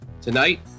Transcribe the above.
tonight